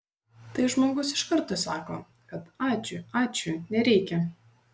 tai žmogus iš karto sako kad ačiū ačiū nereikia